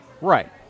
Right